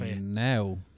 now